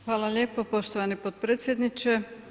Hvala lijepo poštovani potpredsjedniče.